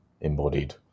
embodied